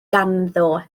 ganddo